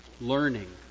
learning